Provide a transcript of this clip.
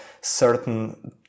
certain